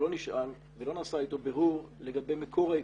לא נשאל ולא נעשה איתו בירור לגבי מקור ההיכרות,